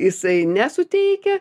jisai nesuteikia